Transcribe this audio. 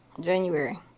January